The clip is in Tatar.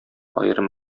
аерым